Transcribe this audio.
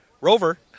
Rover